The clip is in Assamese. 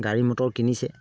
গাড়ী মটৰ কিনিছে